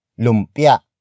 Lumpia